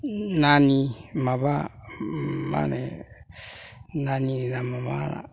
नानि माबा मा होनो नानि नामआ मा